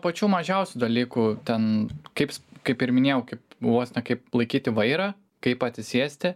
pačių mažiausių dalykų ten kaip kaip ir minėjau kaip vos ne kaip laikyti vairą kaip atsisėsti